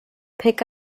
pick